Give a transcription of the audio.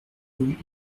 rue